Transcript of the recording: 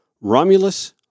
Romulus